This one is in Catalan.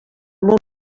moment